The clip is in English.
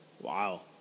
Wow